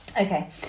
okay